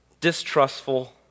Distrustful